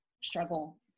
struggle